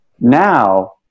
Now